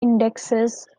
indexes